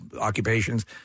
occupations